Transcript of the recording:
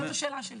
זאת השאלה שלי.